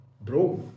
Bro